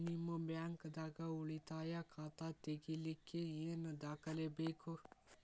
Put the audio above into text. ನಿಮ್ಮ ಬ್ಯಾಂಕ್ ದಾಗ್ ಉಳಿತಾಯ ಖಾತಾ ತೆಗಿಲಿಕ್ಕೆ ಏನ್ ದಾಖಲೆ ಬೇಕು?